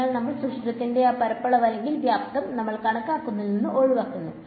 അതിനാൽ നമ്മൾ സുഷിരത്തിന്റെ ആ പരപ്പളവ് അല്ലെങ്കിൽ വ്യാപ്തം നമ്മൾ കണക്കാക്കുന്നതിൽ നിന്ന് ഒഴിവാക്കുന്നു